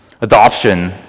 Adoption